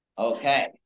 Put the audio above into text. Okay